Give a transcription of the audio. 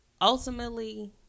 ultimately